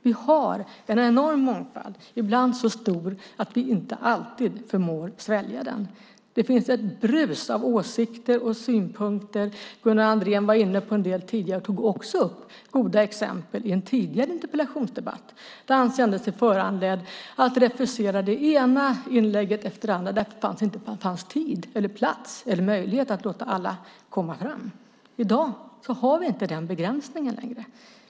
Vi har en enorm mångfald, ibland så stor att vi inte förmår svälja den. Det finns ett brus av åsikter och synpunkter. Gunnar Andrén var inne på en del tidigare och tog också upp goda exempel i en tidigare interpellationsdebatt. Han har känt sig föranledd att refusera det ena inlägget efter det andra därför att det inte har funnits tid, plats eller möjlighet att låta alla komma fram. I dag har vi inte längre den begränsningen.